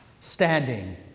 standing